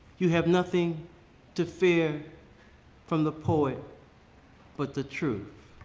you have nothing to fear from the poet but the truth.